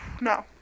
No